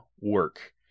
work